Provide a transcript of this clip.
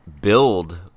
build